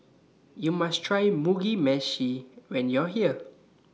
YOU must Try Mugi Meshi when YOU Are here